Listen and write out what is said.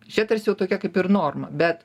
čia tarsi jau tokia kaip ir norma bet